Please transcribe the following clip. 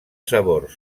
sabor